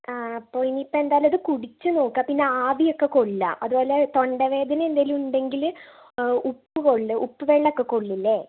അപ്പോൾ ഇനിയിപ്പോൾ എന്തായാലും ഇത് കുടിച്ച് നോക്ക് പിന്നെ ആവി ഒക്കെ കൊള്ളുക അതുപോലെ തൊണ്ടവേദന എന്തെങ്കിലും ഉണ്ടെങ്കിൽ ഉപ്പ് കൊള്ളുക ഉപ്പ് വെള്ളമൊക്കെ കൊള്ളില്ലേ